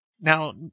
Now